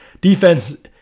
defense